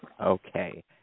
Okay